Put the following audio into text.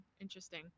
Interesting